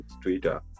Twitter